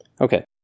Okay